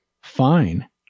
fine